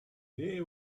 day